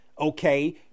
okay